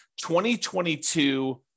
2022